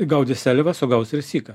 gaudė seliavą sugaus ir syką